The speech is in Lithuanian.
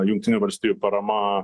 jungtinių valstijų parama